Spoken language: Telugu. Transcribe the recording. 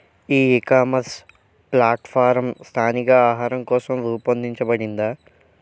ఈ ఇకామర్స్ ప్లాట్ఫారమ్ స్థానిక ఆహారం కోసం రూపొందించబడిందా?